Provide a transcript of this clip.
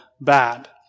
bad